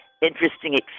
interesting